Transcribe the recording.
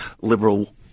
liberal